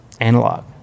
analog